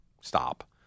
Stop